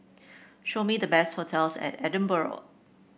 show me the best hotels in Edinburgh